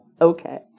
okay